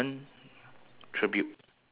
my one only uh